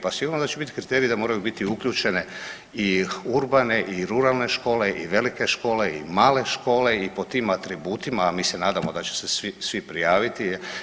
Pa sigurno da će bit kriterij da moraju biti uključene i urbane i ruralne škole i velike škole i male škole i po tim atributima, a mi se nadamo da će se svi prijaviti.